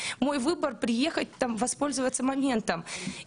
אני לא יכולה לספק מסמכים כי זה היה לא שלי, אני